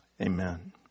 Amen